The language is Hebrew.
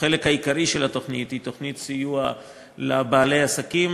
החלק העיקרי של התוכנית הוא תוכנית סיוע לבעלי עסקים.